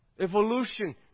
evolution